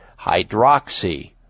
hydroxy